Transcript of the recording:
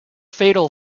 fatal